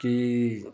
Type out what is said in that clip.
की